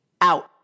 out